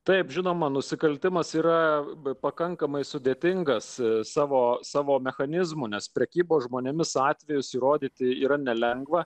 taip žinoma nusikaltimas yra pakankamai sudėtingas savo savo mechanizmų nes prekybos žmonėmis atvejus įrodyti yra nelengva